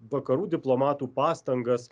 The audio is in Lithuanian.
vakarų diplomatų pastangas